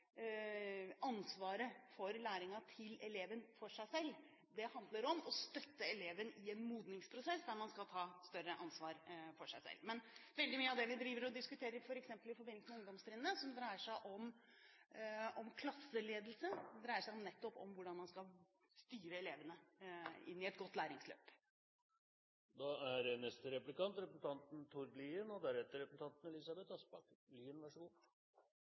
ansvaret for læringen til eleven selv. Det handler om å støtte eleven i en modningsprosess, der man skal ta større ansvar for seg selv. Men veldig mye av det vi diskuterer f.eks. i forbindelse med ungdomstrinnet som angår klasseledelse, dreier seg nettopp om hvordan man skal styre elevene inn i et godt